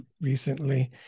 recently